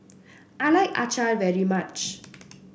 I like Acar very much